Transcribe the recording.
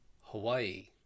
Hawaii